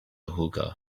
hookah